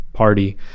party